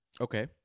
Okay